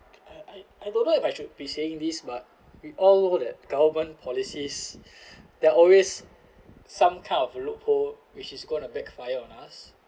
I I I don't know if I should be saying this but we all know that government policies there are always some kind of a loophole which is gonna backfire on us